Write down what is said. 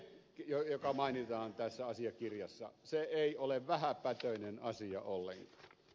se mikä mainitaan tässä asiakirjassa ei ole vähäpätöinen asia ollenkaan